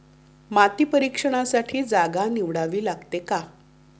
माती परीक्षणासाठी जागा निवडावी लागते का?